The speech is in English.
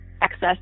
access